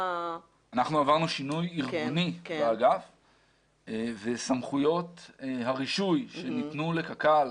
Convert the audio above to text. אנחנו עברנו באגף שינוי ארגוני וסמכויות הרישוי שניתנו לקק"ל